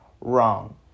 wrong